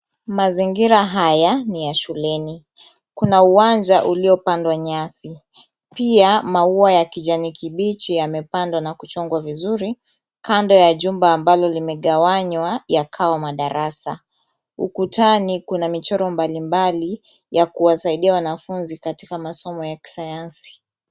Mazingira haya ni ya shuleni. Kuna uwanja uliopandwa nyasi. Pia maua ya kijani kibichi yamepandwa na kuchongwa vizuri, kando ya jumba ambalo limegawanywa yakawa madarasa. Ukutani kuna michoro mbalimbali, ya kuwasaidia wanafunzi katika masomo ya kisayansi.